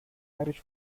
irish